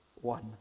one